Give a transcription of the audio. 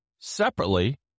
separately